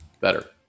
better